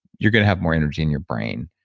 you're going to have more energy in your brain.